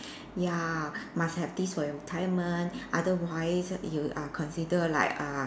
ya must have this for your retirement otherwise you are consider like uh